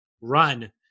run